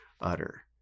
utter